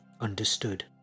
understood